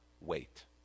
wait